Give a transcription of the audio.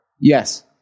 Yes